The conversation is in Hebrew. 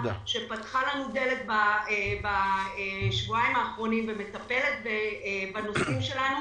שפתחה לנו דלת בשבועיים האחרונים ומטפלת בנושאים שלנו,